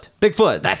bigfoot